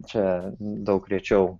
čia daug rečiau